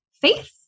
faith